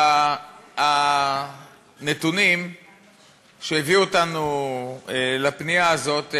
הנתונים שהביאו אותנו לפנייה הזאת,